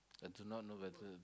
I do not know whether